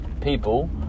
people